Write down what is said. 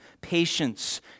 patience